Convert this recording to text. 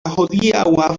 hodiaŭa